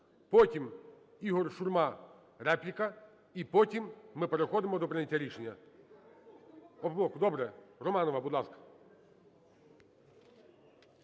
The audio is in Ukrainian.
потім Ігор Шурма – репліка, і потім ми переходимо до прийняття рішення.